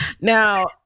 now